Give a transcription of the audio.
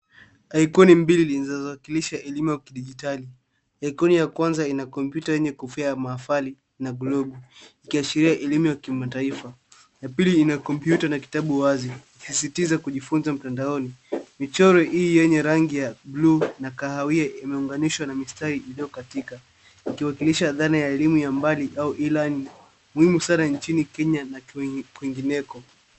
Aikoni mbili zilizo wakilisha elimu ya kidijitali. Aikoni ya kwanza ina kompyuta yenye kofia ya maafali na globu, ikiashiria elimu ya kimataifa. Ya pili inakompyuta na kitabu wazi, ikisisitiza kujifunza mtandaoni. Michoro hii yenye rangi ya bluu na kahawia imeunganishwa na mistari ilio katika, ikiwakilisha dhana ya elimu ya mbali au E-Learning . Muhimu sana nchini Kenya na kuingineko.